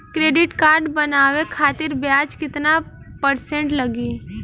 Credit card बनवाने खातिर ब्याज कितना परसेंट लगी?